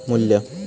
मू्ल्य